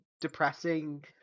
depressing